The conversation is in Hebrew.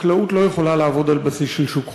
חקלאות לא יכולה לעבוד על בסיס של שוק חופשי,